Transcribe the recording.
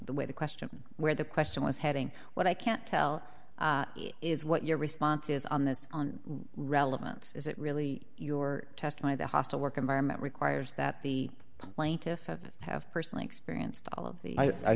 the way the question where the question was heading what i can't tell is what your response is on this on relevance is it really your test by the hostile work environment requires that the plaintiffs have personally experienced all of the i